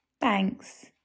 Thanks